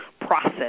process